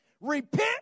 Repent